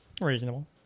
Reasonable